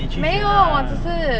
没有我只是